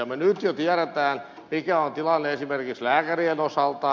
me nyt jo tiedämme mikä on tilanne esimerkiksi lääkärien osalta